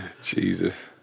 Jesus